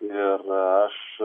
ir aš